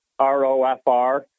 ROFR